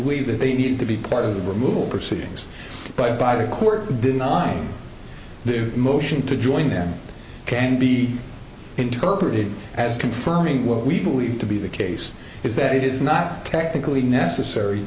believed that they needed to be part of the removal proceedings but by the court denying the motion to join them can be interpreted as confirming what we believe to be the case is that it is not technically necessary